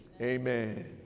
amen